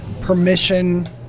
permission